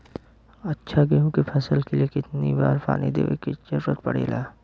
अच्छा गेहूँ क फसल के लिए कितना बार पानी देवे क जरूरत पड़ेला?